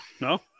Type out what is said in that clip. No